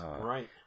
right